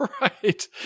Right